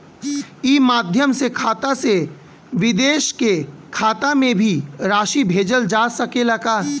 ई माध्यम से खाता से विदेश के खाता में भी राशि भेजल जा सकेला का?